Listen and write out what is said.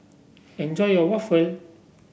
enjoy your waffle